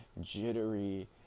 jittery